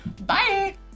Bye